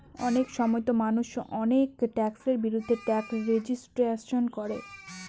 অনেক সময়তো মানুষ অনেক ট্যাক্সের বিরুদ্ধে ট্যাক্স রেজিস্ট্যান্স করে